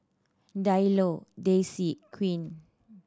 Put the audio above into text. Diallo Tessie Quinn